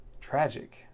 Tragic